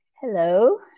hello